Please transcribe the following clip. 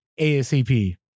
asap